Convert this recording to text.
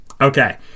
Okay